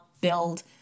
build